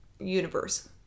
universe